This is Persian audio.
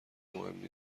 مهمی